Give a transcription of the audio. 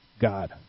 God